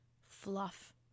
fluff